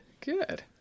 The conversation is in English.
good